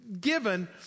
given